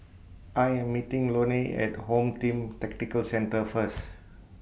I Am meeting Lone At Home Team Tactical Centre First